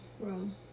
room